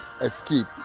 escape